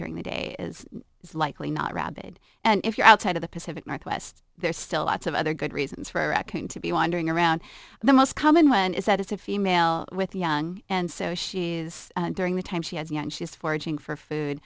during the day is likely not rabid and if you're outside of the pacific northwest there are still lots of other good reasons for acting to be wandering around the most common one is that it's a female with young and so she is during the time she has yet she is foraging for food